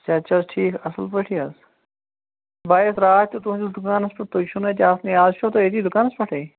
صیٚحت چھُ حَظ ٹھیٖک اَصٕل پٲٹھی حظ بہٕ آیے یَس راتھ تہِ تُہُنٛدِس دُکانَس پیٚٹھ تُہۍ چھِو نہٕ اَتہِ آسنٕے اَز چھِوا تُہۍ أتی دُکانَس پیٚٹھٕے